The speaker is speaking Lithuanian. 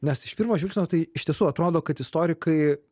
nes iš pirmo žvilgsnio tai iš tiesų atrodo kad istorikai